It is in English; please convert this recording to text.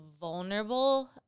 vulnerable